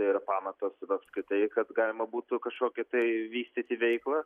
tai yra pamatas apskritai kad galima būtų kažkokią tai vystyti veiklą